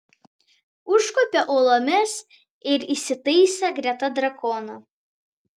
užkopė uolomis ir įsitaisė greta drakono